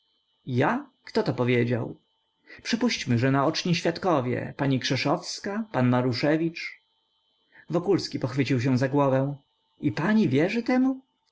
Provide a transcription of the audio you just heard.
ja kto to powiedział przypuśćmy że naoczni świadkowie pani krzeszowska pan maruszewicz wokulski pochwycił się za głowę i pani wierzy temu